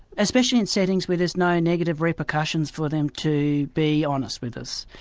especially in settings where there's no negative repercussions for them to be honest with us.